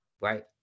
right